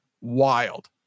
Wild